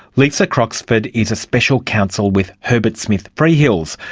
lisa croxford is a special counsel with herbert smith freehills,